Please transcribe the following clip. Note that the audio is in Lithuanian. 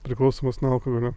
priklausomas nuo alkoholio